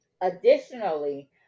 additionally